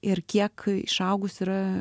ir kiek išaugus yra